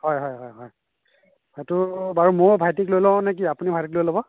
হয় হয় হয় হয় সেইটো বাৰু মইয়ো ভাইটিক লৈ লওঁ নে কি আপুনিও ভাইটিক লৈ ল'ব